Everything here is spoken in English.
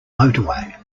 motorway